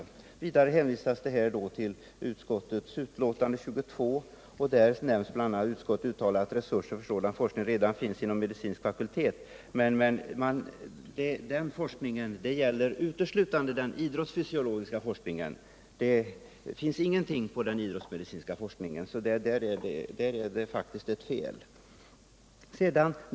Vidare hänvisas till utbildningsutskottets betänkande nr 22, där utskottet bl.a. uttalar att resurser för sådan här forskning redan finns inom medicinsk fakultet. Men detta gäller uteslutande idrottsfysiologisk forskning. Det finns ingenting på det idrottsmedicinska området, så det är fel att säga att sådan forskning redan finns.